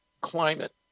climate